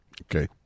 okay